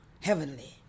heavenly